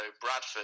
Bradford